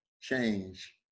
change